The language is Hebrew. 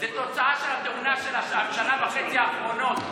זאת תוצאה של התאונה של השנה וחצי האחרונות.